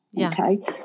Okay